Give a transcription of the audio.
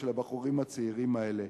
של הבחורים הצעירים האלה.